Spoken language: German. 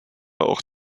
auch